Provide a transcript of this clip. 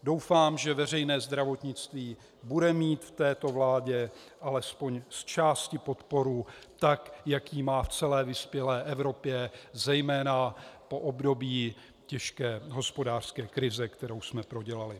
Doufám, že veřejné zdravotnictví bude mít v této vládě alespoň zčásti podporu tak, jak ji má v celé vyspělé Evropě zejména po období těžké hospodářské krize, kterou jsme prodělali.